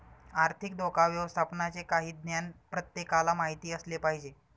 आर्थिक धोका व्यवस्थापनाचे काही ज्ञान प्रत्येकाला माहित असले पाहिजे